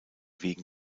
wegen